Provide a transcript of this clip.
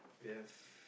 we have